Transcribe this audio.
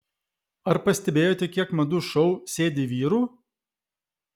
ar pastebėjote kiek madų šou sėdi vyrų